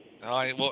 Hi